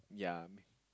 yeah